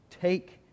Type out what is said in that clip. take